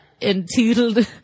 entitled